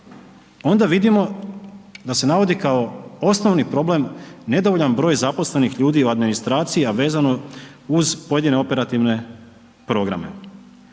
onda vidimo da se navodi kao osnovni problem nedovoljan broj zaposlenih ljudi u administraciji a vezano uz pojedine operativne programe.